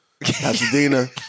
Pasadena